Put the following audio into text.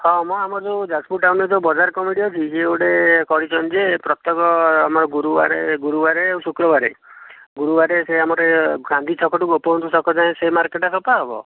ହଁ ମ ଆମର ଯେଉଁ ଯାଜପୁର ଟାଉନରେ ଯେଉଁ ବଜାର କମିଟି ଅଛି ଯିଏ ଗୋଟିଏ କରିଛନ୍ତି ଯେ ପ୍ରତ୍ୟେକ ଆମର ଗୁରୁବାର ଗୁରୁବାର ଆଉ ଶୁକ୍ରବାର ଗୁରୁବାର ସେ ଆମର ଗାନ୍ଧୀ ଛକ ଠୁ ଗୋପବନ୍ଧୁ ଛକ ଯାଏଁ ସେହି ମାର୍କେଟ ସଫା ହେବ